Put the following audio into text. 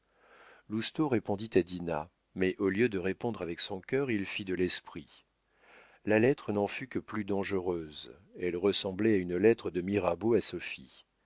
lousteau répondit à dinah mais au lieu de répondre avec son cœur il fit de l'esprit la lettre n'en fut que plus dangereuse elle ressemblait à une lettre de mirabeau à